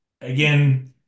again –